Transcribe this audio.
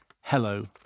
Hello